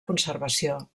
conservació